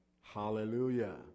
Hallelujah